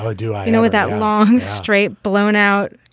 ah do you know what that long straight. blown out?